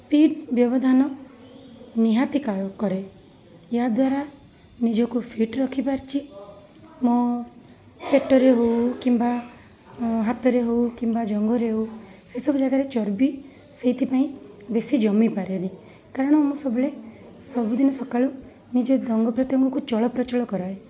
speed ବ୍ୟବଧାନ ନିହାତି କରେ ଏହାଦ୍ଵାରା ନିଜକୁ ଫିଟ୍ ରଖିପାରିଛି ମୋ ପେଟରେ ହଉ କିମ୍ବା ହାତରେ ହଉ କିମ୍ବା ଜଙ୍ଘରେ ହଉ ସେସବୁ ଜାଗାରେ ଚର୍ବି ସେଇଥିପାଇଁ ବେଶୀ ଜମିପାରେନି କାରଣ ମୁଁ ସବୁବେଳେ ସବୁଦିନ ସକାଳୁ ନିଜ ଅଙ୍ଗପ୍ରତ୍ୟେଙ୍ଗକୁ ଚଳପ୍ରଚଳ କରାଏ